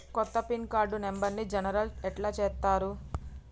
కొత్త pin card నెంబర్ని generation ఎట్లా చేత్తరు?